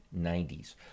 90s